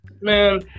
man